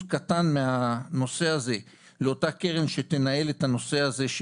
קטן מהנושא הזה לאותה קרן שתנהל את הנושא הזה,